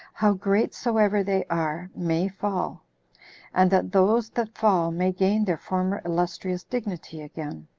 how great soever they are, may fall and that those that fall may gain their former illustrious dignity again.